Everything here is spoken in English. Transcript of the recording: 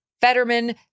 Fetterman